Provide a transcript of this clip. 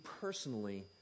personally